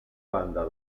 banda